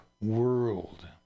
world